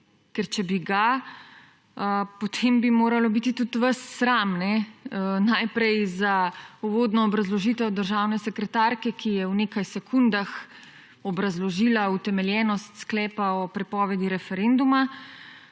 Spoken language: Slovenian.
Ker če bi ga, potem bi moralo biti tudi vas sram najprej za uvodno obrazložitev državne sekretarke, ki je v nekaj sekundah obrazložila utemeljenost sklepa o prepovedi referenduma,